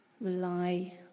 rely